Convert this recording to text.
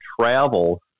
travel